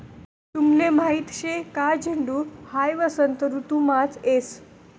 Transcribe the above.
तुमले माहीत शे का झुंड हाई वसंत ऋतुमाच येस